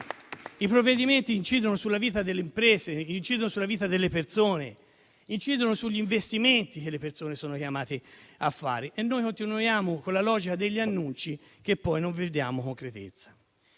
I provvedimenti incidono sulla vita delle imprese, incidono sulla vita delle persone, incidono sugli investimenti che le persone sono chiamate a fare. E noi continuiamo con la logica degli annunci che poi non vediamo concretizzarsi.